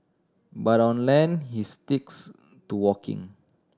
but on land he sticks to walking